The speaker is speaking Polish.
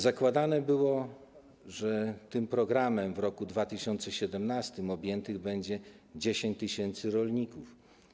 Zakładano, że tym programem w roku 2017 objętych będzie 10 tys. rolników.